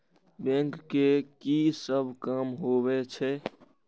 Bank के की सब काम होवे छे?